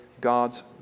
God's